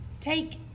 take